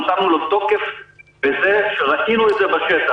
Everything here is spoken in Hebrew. נתנו לו תוקף בזה שראינו את זה בשטח.